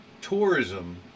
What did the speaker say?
tourism